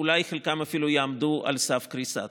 חלקם אולי אפילו יעמדו על סף קריסה.